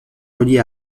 reliée